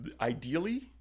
ideally